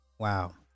Wow